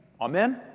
amen